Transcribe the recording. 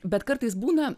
bet kartais būna